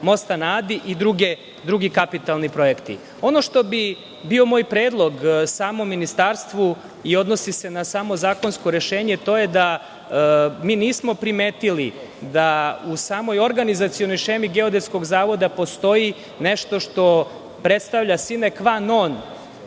mosta na Adi i drugi kapitalni projekti. Ono što bi bio moj predlog samom Ministarstvu i odnosi se na zakonsko rešenje, to je da mi nismo primetili da u samoj organizacionoj šemi Geodetskog zavoda, postoji nešto što predstavlja sine kva kon,